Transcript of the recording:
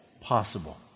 possible